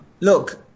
look